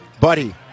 Buddy